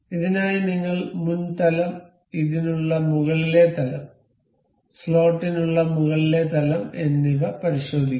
ഇതിനായി നിങ്ങൾ മുൻ തലം ഇതിനുള്ള മുകളിലെ തലം സ്ലോട്ടിനുള്ള മുകളിലെ തലം എന്നിവ പരിശോധിക്കും